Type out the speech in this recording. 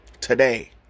today